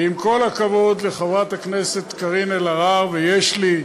ועם כל הכבוד לחברת הכנסת קארין אלהרר, ויש לי,